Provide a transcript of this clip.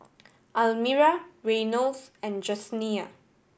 Almira Reynolds and Jesenia